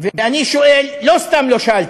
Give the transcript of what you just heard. לא לא, זה, ואני שואל, לא סתם לא שאלתי,